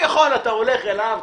שאתה הולך אליו,